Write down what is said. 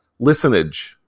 listenage